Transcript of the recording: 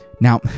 now